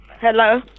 hello